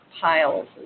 piles